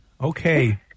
Okay